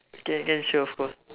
can can sure of course